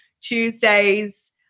Tuesdays